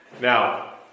Now